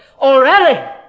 already